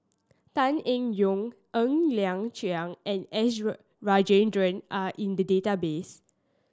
Tan Eng Yoon Ng Liang Chiang and S Rajendran are in the database